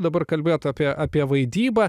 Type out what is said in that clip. dabar kalbėt apie apie vaidybą